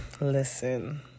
Listen